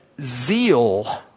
zeal